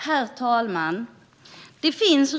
Herr talman!